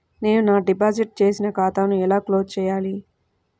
నేను నా డిపాజిట్ చేసిన ఖాతాను ఎలా క్లోజ్ చేయాలి?